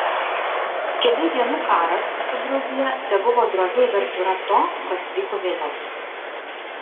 kelių dienų karas su gruzija tebuvo drovi uvertiūra to kas vyko vėliau